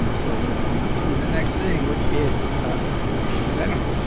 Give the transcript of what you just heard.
um so we'll move on to the next thing which is a venom